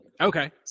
Okay